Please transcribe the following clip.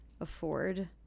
afford